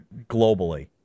globally